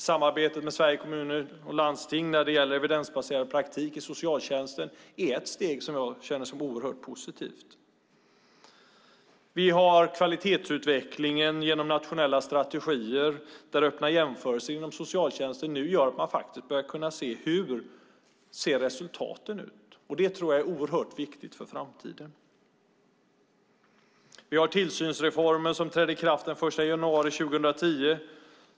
Samarbetet med Sveriges Kommuner och Landsting om evidensbaserad praktik i socialtjänsten är ett steg som jag tycker är mycket positivt. Vi har kvalitetsutvecklingen genom nationella strategier, där öppna jämförelser inom socialtjänsten nu gör att man faktiskt börjar kunna se hur resultaten ser ut. Det tror jag är oerhört viktigt för framtiden. Vi har tillsynsreformen som trädde i kraft den 1 januari 2010.